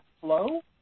flow